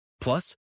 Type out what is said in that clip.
Plus